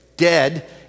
Dead